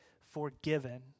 forgiven